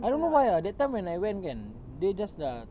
I don't know why ah that time when I went kan they just ah